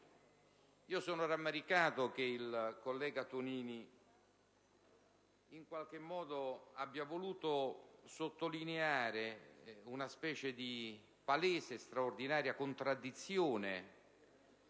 Sono rammaricato che il collega Tonini abbia voluto sottolineare una specie di palese e straordinaria contraddizione